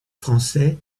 français